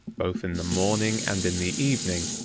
both in the morning and in the evening,